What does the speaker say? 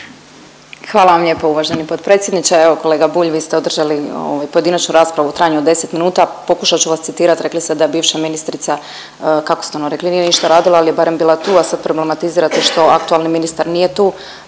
Hvala vam lijepo uvaženi potpredsjedniče. Evo kolega Bulj, vi ste održali ovaj pojedinačnu raspravu u trajanju od 10 minuta, pokušat ću vas citirat, rekli ste da je bivša ministrica, kako ste ono rekli, nije ništa radila, ali je barem bila tu, a sad problematizirate što aktualni ministar nije tu,